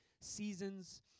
seasons